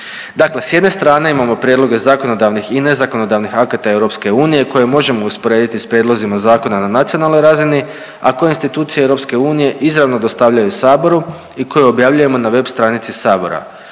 Dakle, s jedne strane imamo prijedloge zakonodavnih i nezakonodavnih akata EU koje možemo usporediti sa prijedlozima zakona na nacionalnoj razini a koje institucije EU izravno dostavljaju Saboru i koje objavljujemo na web stranici Sabora.